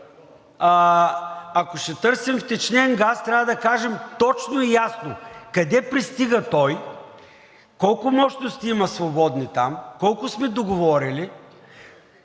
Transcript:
Ако ще търсим втечнен газ, трябва да кажем точно и ясно къде пристига той, колко мощности има свободни там, колко сме договорили,